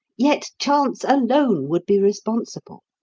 yet chance alone would be responsible.